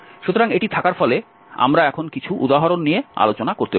সুতরাং এটি থাকার ফলে আমরা এখন কিছু উদাহরণ নিয়ে আলোচনা করতে পারি